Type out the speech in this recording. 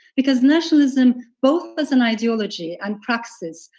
because nationalism, both as an ideology and practices,